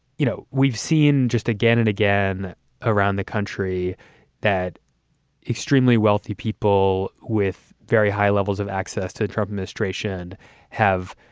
you know, we've seen just again and again around the country that extremely wealthy people with very high levels of access to the trump administration have,